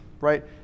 right